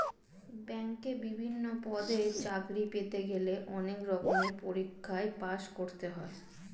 ব্যাংকে বিভিন্ন পদে চাকরি পেতে গেলে অনেক রকমের পরীক্ষায় পাশ করতে হয়